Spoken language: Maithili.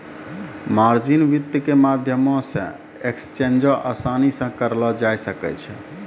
मार्जिन वित्त के माध्यमो से एक्सचेंजो असानी से करलो जाय सकै छै